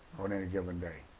on any given day,